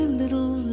little